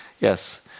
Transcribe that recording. Yes